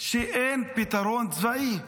שאין פתרון צבאי.